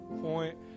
point